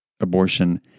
abortion